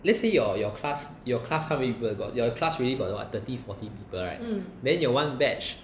let's say your your class your class how many people got your class really got what thirty forty people right then your one batch